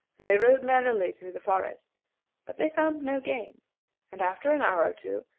and they rode merrily through the forest but they found no game and, after an hour or two,